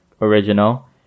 original